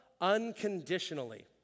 unconditionally